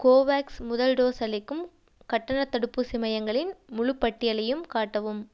Covax முதல் dose அளிக்கும் கட்டணத் தடுப்பூசி மையங்களின் முழு பட்டியலையும் காட்டவும்